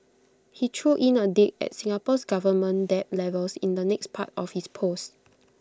he threw in A dig at Singapore's government debt levels in the next part of his post